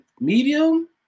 medium